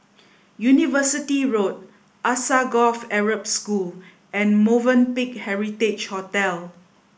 University Road Alsagoff Arab School and Movenpick Heritage Hotel